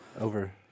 over